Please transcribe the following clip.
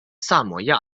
萨摩亚